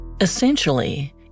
Essentially